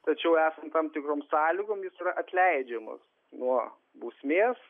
tačiau esant tam tikrom sąlygom jis yra atleidžiamas nuo bausmės